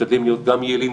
משתדלים להיות גם יעילים,